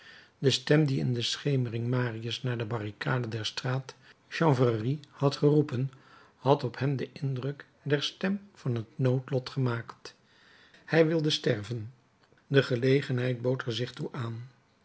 de stem die in de schemering marius naar de barricade der straat chanvrerie had geroepen had op hem den indruk der stem van het noodlot gemaakt hij wilde sterven de gelegenheid bood er zich toe aan